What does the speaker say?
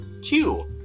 Two